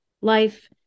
Life